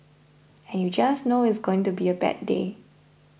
and you just know it's going to be a bad day